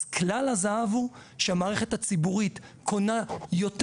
אז כלל הזהב הוא שהמערכת הציבורית קונה יותר